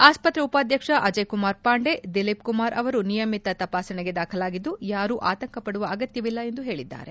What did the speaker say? ಆಸ್ಪತ್ರೆ ಉಪಾಧ್ಯಕ್ಷ ಅಜಯ್ ಕುಮಾರ್ ಪಾಂಡೆ ದಿಲೀಪ್ ಕುಮಾರ್ ಅವರು ನಿಯಮಿತ ತಪಾಸಣೆಗೆ ದಾಖಲಾಗಿದ್ದು ಯಾರೂ ಆತಂಕಪದುವ ಅಗತ್ಯವಿಲ್ಲ ಎಂದು ಹೇಳಿದ್ದಾರೆ